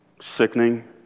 sickening